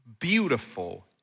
beautiful